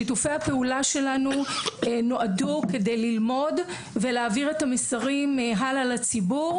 שיתופי הפעולה שלנו נועדו כדי ללמוד ולהעביר את המסרים הלאה לציבור,